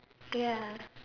ya